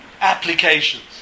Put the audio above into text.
applications